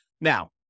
Now